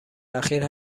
اخیر